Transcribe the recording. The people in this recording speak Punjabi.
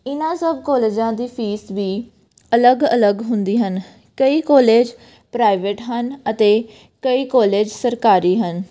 ਇਹਨਾਂ ਸਭ ਕੋਲਜਾਂ ਦੀ ਫੀਸ ਵੀ ਅਲੱਗ ਅਲੱਗ ਹੁੰਦੀ ਹਨ ਕਈ ਕੋਲਜ ਪ੍ਰਾਈਵੇਟ ਹਨ ਅਤੇ ਕਈ ਕੋਲਜ ਸਰਕਾਰੀ ਹਨ